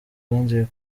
rwanzuye